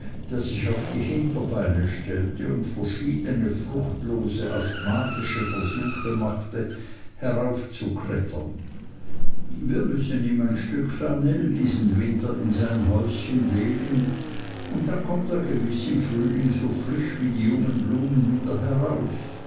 der sich auf die hinterbeine stellte und verschiedene fruchtlose asthmatische versuche machte heraufzuklettern wir müssen ihm ein stück flanell diesen winter in sein häuschen legen und dann kommt er gewiß im frühling so frisch wie die jungen blumen wieder heraus